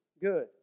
good